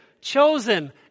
chosen